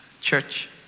church